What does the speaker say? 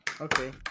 okay